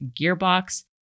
gearbox